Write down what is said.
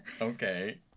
Okay